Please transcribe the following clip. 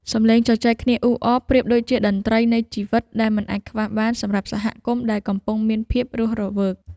សម្លេងជជែកគ្នាអ៊ូអរប្រៀបដូចជាតន្ត្រីនៃជីវិតដែលមិនអាចខ្វះបានសម្រាប់សហគមន៍ដែលកំពុងមានភាពរស់រវើក។